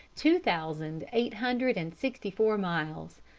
two thousand eight hundred and sixty-four miles.